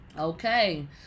Okay